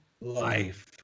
life